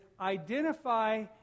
identify